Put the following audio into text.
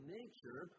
nature